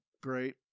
great